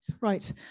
right